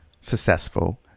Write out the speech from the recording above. successful